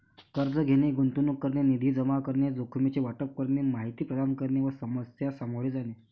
कर्ज घेणे, गुंतवणूक करणे, निधी जमा करणे, जोखमीचे वाटप करणे, माहिती प्रदान करणे व समस्या सामोरे जाणे